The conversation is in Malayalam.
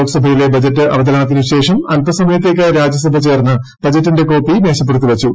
ലോക്സഭയിലെ ബജറ്റ് അവതരണത്തിന് ശേഷം അൽപസമയത്തേക്ക് രാജൃസഭ ചേർന്ന് ബജറ്റിന്റെ കോപ്പി മേശപ്പുറത്ത് വച്ചു